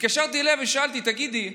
התקשרתי אליה ושאלתי: תגידי,